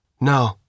No